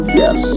yes